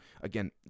Again